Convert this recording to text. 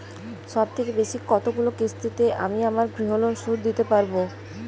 সবথেকে বেশী কতগুলো কিস্তিতে আমি আমার গৃহলোন শোধ দিতে পারব?